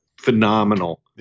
phenomenal